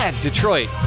Detroit